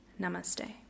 Namaste